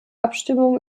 abstimmung